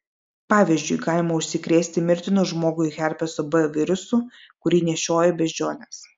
pavyzdžiui galima užsikrėsti mirtinu žmogui herpeso b virusu kurį nešioja beždžionės